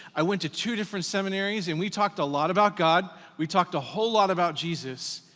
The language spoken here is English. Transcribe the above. i went to two different seminaries and we talked a lot about god, we talked a whole lot about jesus,